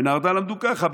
בנהרדעא למדו ככה.